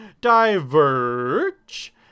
diverge